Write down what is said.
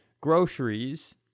groceries